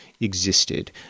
existed